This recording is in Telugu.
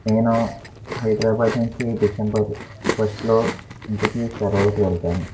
నేను హైదరాబాద్ నుంచి డిసెంబర్ ఫస్ట్లో ఇంటికి సెలవులకు వెళ్తాను